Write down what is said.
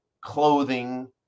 clothing